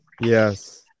yes